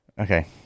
okay